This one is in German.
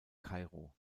kairo